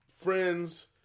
friends